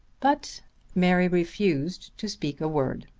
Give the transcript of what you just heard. but mary refused to speak a word.